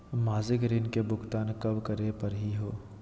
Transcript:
मासिक ऋण के भुगतान कब करै परही हे?